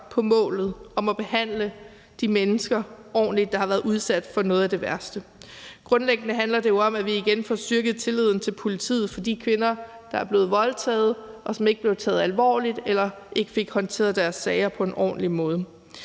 på målet om at behandle de mennesker, der har været udsat for noget af det værste, ordentligt. Grundlæggende handler det jo om, at vi igen får styrket tilliden til politiet hos de kvinder, der er blevet voldtaget, og som ikke blev taget alvorligt eller ikke fik håndteret deres sager på en ordentlig måde.